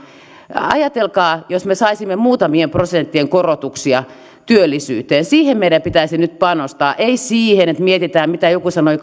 ajatelkaa jos me saisimme muutamien prosenttien korotuksia työllisyyteen siihen meidän pitäisi nyt panostaa ei siihen että mietitään mitä joku sanoi